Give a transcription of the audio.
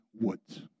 Woods